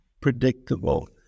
predictable